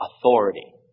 authority